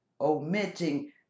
omitting